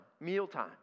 mealtime